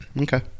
Okay